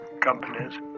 companies